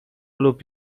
lub